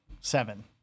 seven